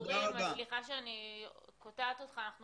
סליחה שאני קוטעת אותך, אנחנו